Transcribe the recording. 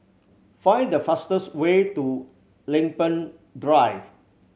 find the fastest way to Lempeng Drive